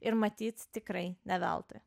ir matyt tikrai ne veltui